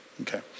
Okay